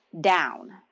down